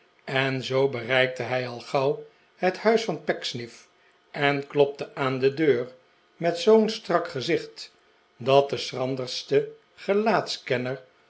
en zoo bereikte hij al gauw het huis van pecksniff en klopte aan de deur met zoo'n strak gezicht dat de